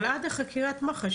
אבל עד חקירת מח"ש.